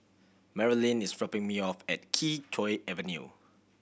Marylin is dropping me off at Kee Choe Avenue